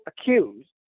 accused